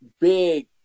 big